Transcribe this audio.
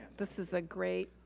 this is a great,